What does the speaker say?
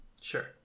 Sure